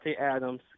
Adams